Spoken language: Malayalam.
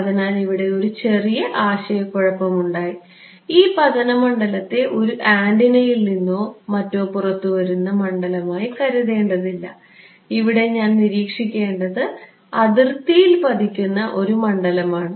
അതിനാൽ ഇവിടെ ഒരു ചെറിയ ആശയക്കുഴപ്പം ഉണ്ടായി ഈ പതന മണ്ഡലത്തെ ഒരു ആന്റിനയിൽ നിന്നോ മറ്റോ പുറത്തു വരുന്ന മണ്ഡലമായി കരുതേണ്ടതില്ല ഇവിടെ ഞാൻ നിരീക്ഷിക്കേണ്ടത് അതിർത്തിയിൽ പതിക്കുന്ന ഒരു മണ്ഡലമാണ്